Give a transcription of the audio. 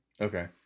Okay